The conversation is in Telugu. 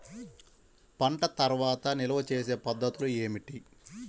పంట తర్వాత నిల్వ చేసే పద్ధతులు ఏమిటి?